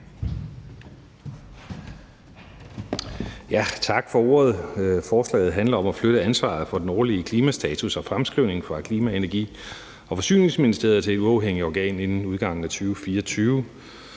Tak for ordet. Forslaget handler om at flytte ansvaret for den årlige klimastatus og -fremskrivning fra Klima-, Energi- og Forsyningsministeriet til et uafhængigt organ inden udgangen af 2024.